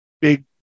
big